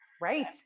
Right